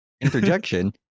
Interjection